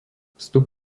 vstup